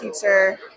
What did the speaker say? teacher